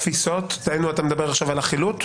התפיסות דהיינו אתה מדבר עכשיו על החילוט?